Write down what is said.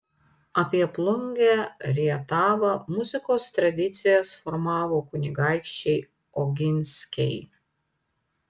apie plungę rietavą muzikos tradicijas formavo kunigaikščiai oginskiai